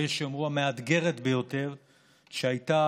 ויש שיאמרו המאתגרת ביותר שהייתה,